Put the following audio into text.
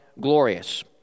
glorious